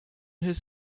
his